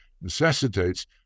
necessitates